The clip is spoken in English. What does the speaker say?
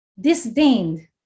Disdained